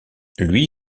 lui